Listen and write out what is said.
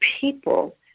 people